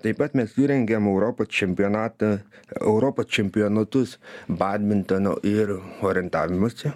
taip pat mes surengėm europos čempionatą europos čempionatus badmintono ir orientavimosi